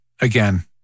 again